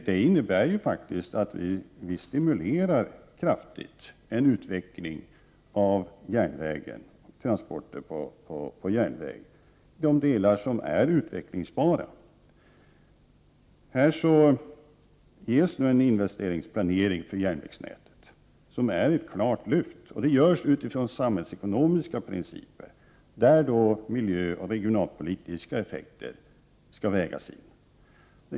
Det innebär faktiskt att vi kraftigt stimulerar en utveckling av järnvägen, transporterna på järnväg, de delar som är utvecklingsbara. Här görs en investeringsplanering för järnvägsnätet som är ett klart lyft. Det görs av samhällsekonomiska principer där miljöoch regionalpolitiska effekter vägs in.